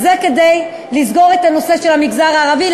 זה כדי לסגור את הנושא של המגזר הערבי,